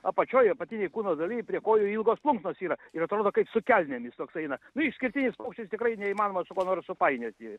apačioj apatinėj kūno daly prie kojų ilgos plunksnos yra ir atrodo kaip su kelnėmis toks eina nu išskirtinis paukštis tikrai neįmanoma su kuo nors supainioti